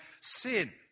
sin